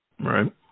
Right